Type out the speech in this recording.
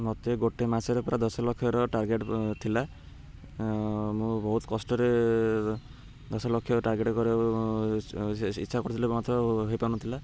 ମୋତେ ଗୋଟେ ମାସରେ ପୁରା ଦଶଲକ୍ଷର ଟାର୍ଗେଟ୍ ଥିଲା ମୁଁ ବହୁତ କଷ୍ଟରେ ଦଶଲକ୍ଷ ଟାର୍ଗେଟ୍ କରିବାକୁ ଇଚ୍ଛା କରିଥିଲେ ମଧ୍ୟ ହେଇ ପାରୁନଥିଲା